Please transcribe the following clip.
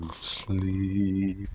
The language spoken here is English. sleep